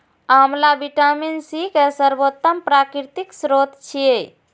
आंवला vitamin C के सर्वोत्तम प्राकृतिक स्रोत छियै